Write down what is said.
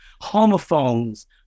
Homophones